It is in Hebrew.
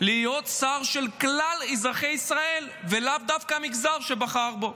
להיות שר של כלל אזרחי ישראל ולאו דווקא של המגזר שבחר בו.